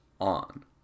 on